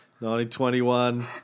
1921